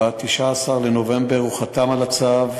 ב-19 בנובמבר הוא חתם על הצו,